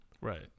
Right